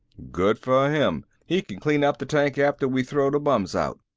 good for him! he can clean up the tank after we throw the bums out.